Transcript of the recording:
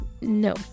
no